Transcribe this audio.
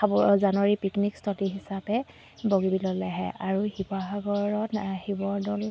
খাব জানুৱাৰী পিকনিক স্থলী হিচাপে বগিবিললৈ আহে আৰু শিৱসাগৰত শিৱদৌল